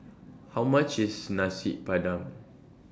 How much IS Nasi Padang